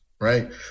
right